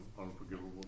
unforgivable